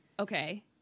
Okay